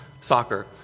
soccer